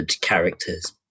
characters